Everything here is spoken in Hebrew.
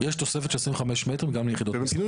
יש תוספת של 25 מטרים ליחידות מסחר.